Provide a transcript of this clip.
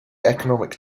economic